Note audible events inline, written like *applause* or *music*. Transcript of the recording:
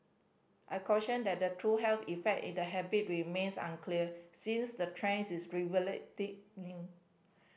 a cautioned that the true health effect *unintelligible* the habit remains unclear since the trend is relatively new